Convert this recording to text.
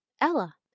Ella